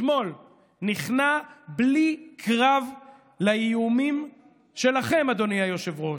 הוא נכנע בלי קרב לאיומים שלכם, אדוני היושב-ראש,